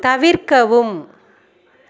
தவிர்க்கவும்